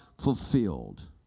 fulfilled